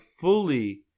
fully